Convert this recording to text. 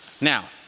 Now